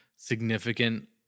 significant